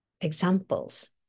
Examples